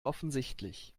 offensichtlich